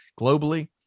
globally